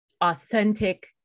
authentic